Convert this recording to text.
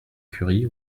curie